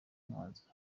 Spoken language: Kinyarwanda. umwanzuro